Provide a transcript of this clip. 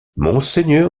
monseigneur